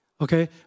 Okay